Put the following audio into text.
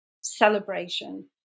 celebration